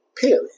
Period